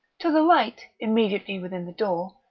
to the right, immediately within the door,